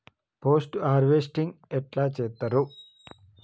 Post harvesting ఎట్ల చేత్తరు?